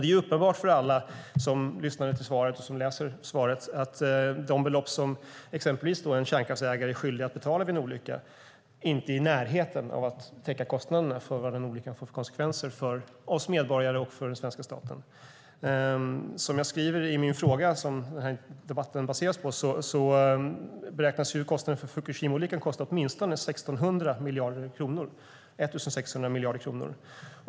Det är uppenbart för alla som lyssnade till svaret eller läser det att de belopp som exempelvis en ägare av ett kärnkraftverk är skyldig att betala vid en olycka inte ligger i närheten av att täcka kostnaderna för de konsekvenser som den olyckan får för oss medborgarna och för den svenska staten. Som jag skriver i min fråga, som den här debatten baseras på, beräknas kostnaden för Fukushimaolyckan vara åtminstone 1 600 miljarder kronor.